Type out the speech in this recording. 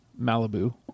Malibu